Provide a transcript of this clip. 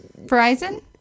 Verizon